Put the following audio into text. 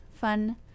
Fun